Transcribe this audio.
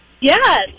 Yes